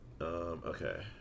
Okay